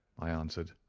i answered.